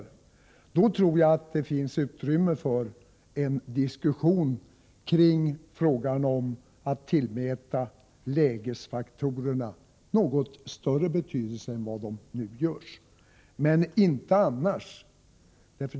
I så fall tror jag att det finns utrymme för en diskussion som gäller frågan om att tillmäta lägesfaktorerna något större betydelse än vad som nu görs, men inte annars.